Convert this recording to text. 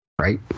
Right